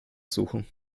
suchen